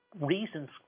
reasons